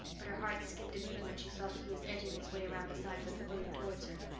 but her heart skipped a beat when she saw that he was edging his way round the side of the pavilion towards her.